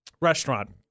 Restaurant